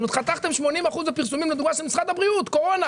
זאת אומרת חתכתם 80% מהפרסומים של משרד הבריאות על קורונה,